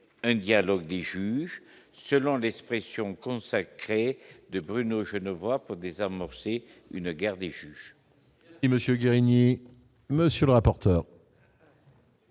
un dialogue des juges, selon l'expression consacrée, de Bruno Genevois pour désamorcer une guerre des juges. Et Monsieur Guérini, monsieur le rapporteur.